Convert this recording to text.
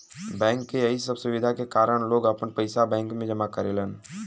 bank के यही सब सुविधा के कारन लोग आपन पइसा बैंक में जमा करेलन